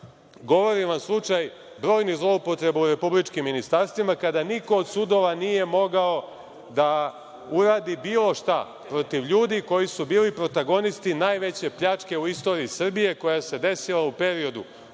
Govori vam slučaj brojnih zloupotreba u republičkim ministarstvima kada niko od sudova nije mogao da uradi bilo šta protiv ljudi koji su bili protagonisti najveće pljačke u istoriji Srbije koja se desila u periodu